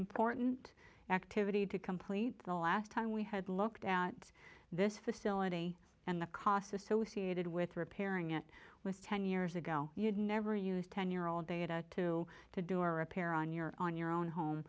important activity to complete the last time we had looked at this facility and the costs associated with repairing it with ten years ago you'd never use ten year old data to to do a repair on your on your own home